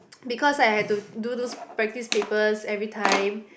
because I had to do those practice papers every time